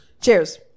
Cheers